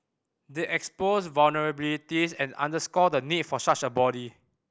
they exposed vulnerabilities and underscore the need for such a body